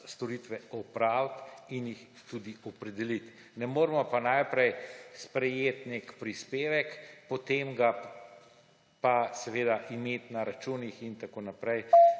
storitve opraviti in jih tudi opredeliti. Ne moremo pa najprej sprejeti nekega prispevka, potem ga pa seveda imeti na računih in tako naprej,